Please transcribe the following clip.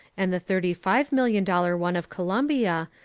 and the thirty five million dollars one of columbia,